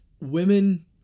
women